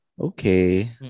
Okay